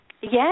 Yes